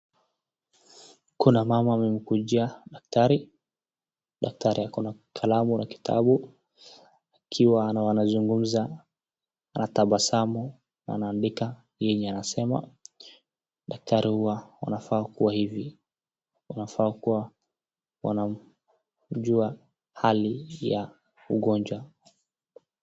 Kuna mama amekujia daktari, daktari ako na kalamu na kitabu akiwa anazungumza anatabasamu anaandika yenye anasema. Daktari huwa anafaa kuwa hivi anafaa kuwa anajua hali ya ugonjwa.